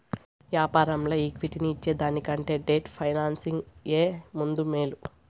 యాపారంల ఈక్విటీని ఇచ్చేదానికంటే డెట్ ఫైనాన్సింగ్ ఏ ముద్దూ, మేలు